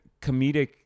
comedic